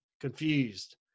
Confused